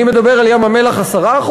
אני מדבר על ים-המלח 10%?